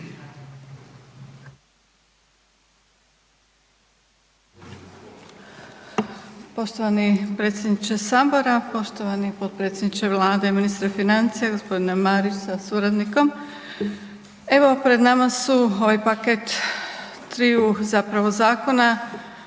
Poštovani predsjedniče sabora, poštovani potpredsjedniče vlade ministre financije g. Marić sa suradnikom . Evo, pred nama su ovaj paket triju zapravo zakona